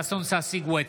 ששון ששי גואטה,